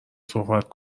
صحبت